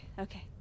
okay